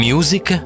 Music